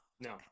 no